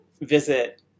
visit